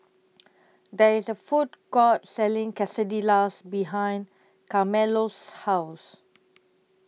There IS A Food Court Selling Quesadillas behind Carmelo's House